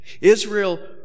Israel